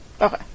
Okay